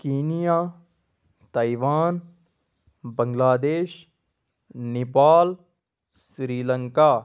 Kenya Taiwan Bangladesh Nepal Sri Lanka